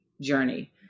journey